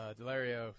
Delario